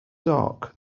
dark